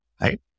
right